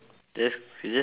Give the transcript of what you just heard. just just